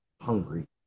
hungry